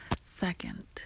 second